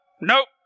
nope